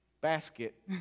basket